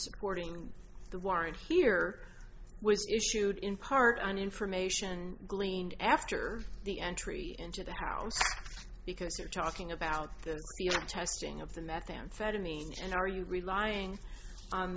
supporting the warrant here was issued in part on information gleaned after the entry into the house because they're talking about the testing of the methamphetamine and are you relying on